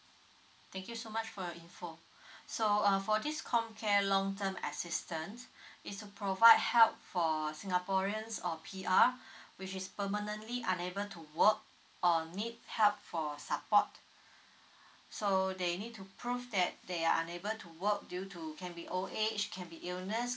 thank you so much for your info so uh for this comcare long term assistance is to provide help for singaporeans or P_R which is permanently unable to work or need help for support so they need to prove that they are unable to work due to can be old age can be illness